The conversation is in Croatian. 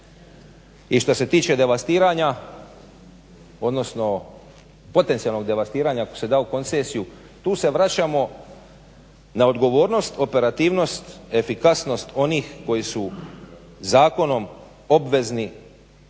I šta se tiče devastiranja, odnosno potencijalnog devastiranja ako se da u koncesiju tu se vraćamo na odgovornost, operativnost, efikasnost onih koji su zakonom obvezni